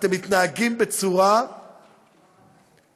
אתם מתנהגים בצורה נטולת